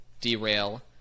derail